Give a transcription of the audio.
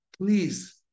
Please